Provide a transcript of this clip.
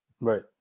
right